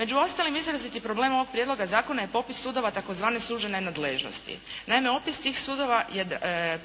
Među ostalim izraziti problem ovog prijedloga zakona je popis sudova tzv. sužene nadležnosti. Naime,